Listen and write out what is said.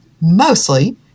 mostly